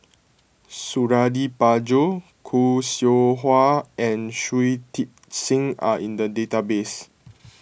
Suradi Parjo Khoo Seow Hwa and Shui Tit Sing are in the database